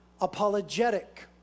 apologetic